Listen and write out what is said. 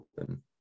open